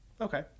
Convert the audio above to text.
Okay